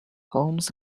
holmes